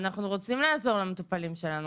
אנחנו רוצים לעזור למטופלים שלנו.